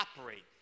operate